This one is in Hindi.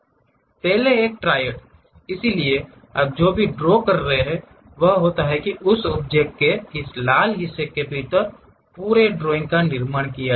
पहले एक ट्रायड इसलिए आप जो भी ड्रॉ कर रहे हैं वह होता है कि उस ऑब्जेक्ट के इस लाल हिस्से के भीतर पूरे ड्राइंग का निर्माण किया जाएगा